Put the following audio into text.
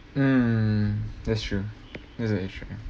mm that's true that's an issue